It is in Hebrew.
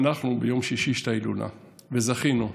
ביום שישי יש את ההילולה, וזכינו,